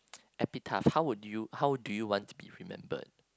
epitaph how would you how would you want to be remembered